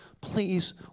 Please